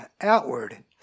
outward